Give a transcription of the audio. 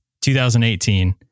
2018